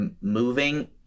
moving